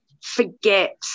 forget